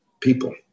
people